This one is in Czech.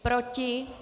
Proti?